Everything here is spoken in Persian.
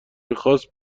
میخواست